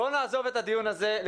בואו נעזוב את הדיון הזה.